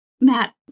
Matt